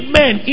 men